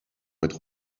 être